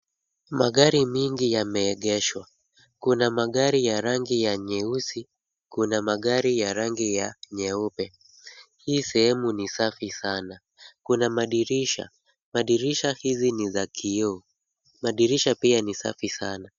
Magari mingi yameegeshwa. Kuna magari ya rangi ya nyeusi, kuna magari ya rangi ya nyeupe. Hii sehemu ni safi sana. Kuna madirisha. Madirisha hizi ni za kioo. Madirisha pia ni safi sana.